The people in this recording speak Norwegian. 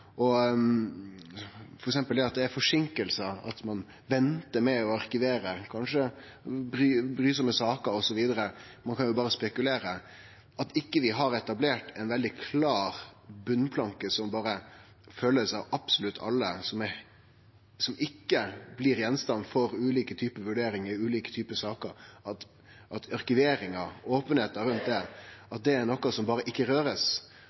det eit stort problem at det er forseinkingar, at ein kanskje ventar med å arkivere brysame saker osv. – ein kan jo berre spekulere. Det er eit stort problem at vi ikkje har etablert ein veldig klar botnplanke som skal følgjast av absolutt alle, og som ikkje blir gjenstand for ulike typar vurderingar i ulike typar saker. Arkiveringa og openheita rundt det er noko som berre ikkje